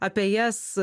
apie jas